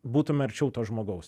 būtume arčiau to žmogaus